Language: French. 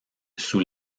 sous